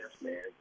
man